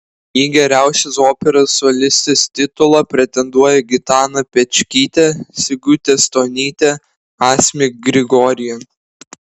į geriausios operos solistės titulą pretenduoja gitana pečkytė sigutė stonytė asmik grigorian